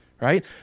right